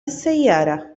السيارة